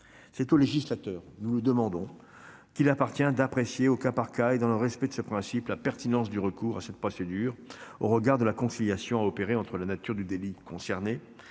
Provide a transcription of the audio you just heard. négative. Nous demandons qu'il appartienne au législateur d'apprécier au cas par cas et dans le respect de ce principe la pertinence du recours à cette procédure, au regard de la conciliation à opérer entre la nature du délit concerné,